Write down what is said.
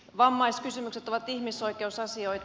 vammaiskysymykset ovat ihmisoikeusasioita